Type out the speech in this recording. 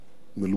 מלוכדת,